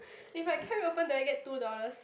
if I kept it open do I get two dollars